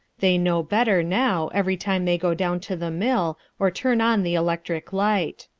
they know better now every time they go down to the mill or turn on the electric light.